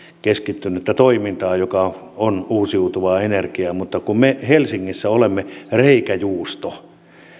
keskittynyttä toimintaa joka on uusiutuvaa energiaa mutta me helsingissä olemme reikäjuusto